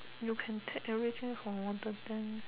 you can take everything from modern day